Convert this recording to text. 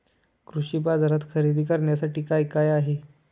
कृषी बाजारात खरेदी करण्यासाठी काय काय आहे?